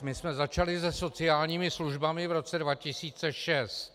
My jsme začali se sociálními službami v roce 2006.